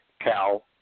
Cal